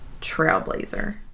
Trailblazer